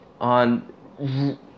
on